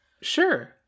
sure